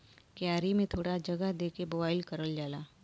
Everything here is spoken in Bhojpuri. क्यारी में थोड़ा जगह दे के बोवाई करल जाला